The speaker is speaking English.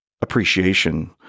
appreciation